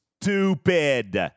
stupid